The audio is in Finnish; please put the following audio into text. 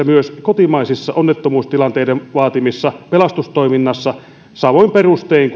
myös kotimaisessa onnettomuustilanteiden vaatimassa pelastustoiminnassa samoin perustein